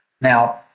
Now